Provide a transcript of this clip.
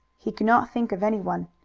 he could not think of anyone.